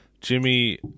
Jimmy